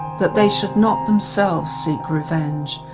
that they should not themselves seek revenge,